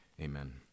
amen